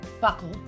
buckle